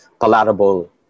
palatable